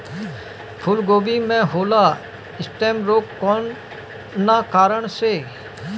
फूलगोभी में होला स्टेम रोग कौना कारण से?